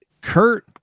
Kurt